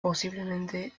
posiblemente